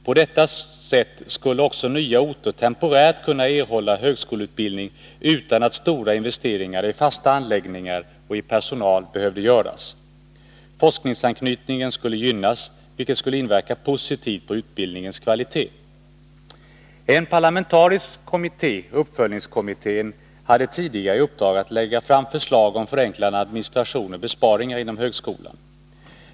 På detta sätt skulle också nya orter temporärt kunna erhålla högskoleutbildning utan att stora investeringar i fasta anläggningar och personal behövde göras. Forskningsanknytningen skulle gynnas, vilket skulle inverka positivt på utbildningens kvalitet. En parlamentarisk kommitté, uppföljningskommittén, hade tidigare i uppdrag att lägga fram förslag om förenklad administration och besparingar inom högskolan.